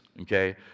Okay